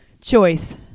choice